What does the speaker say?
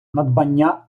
надбання